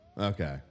Okay